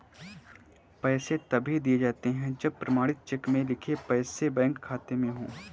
पैसे तभी दिए जाते है जब प्रमाणित चेक में लिखे पैसे बैंक खाते में हो